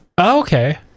Okay